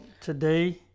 today